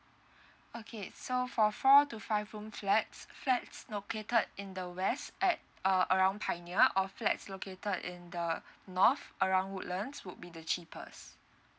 okay so for four to five room flats flats located in the west at uh around pioneer or flats located in the north around woodlands would be the cheapest